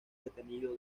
detenido